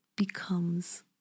Becomes